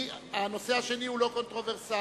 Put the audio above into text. הנושא השני הוא לא קונטרוברסלי,